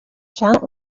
janet